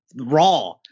Raw